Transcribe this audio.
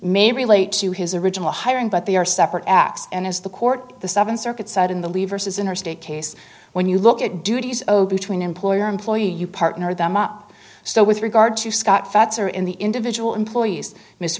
relate to his original hiring but they are separate acts and as the court the seven circuit side in the lever says interstate case when you look at duties between employer employee you partner them up so with regard to scott fetzer in the individual employees mr